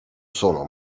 sono